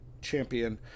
champion